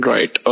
Right